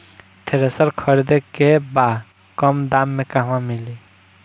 Thresher खरीदे के बा कम दाम में कहवा मिली?